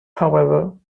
however